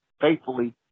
faithfully